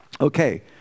Okay